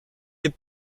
est